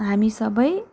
हामी सबै